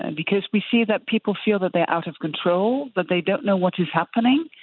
and because we see that people feel that they are out of control, but they don't know what is happening,